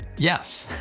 yes.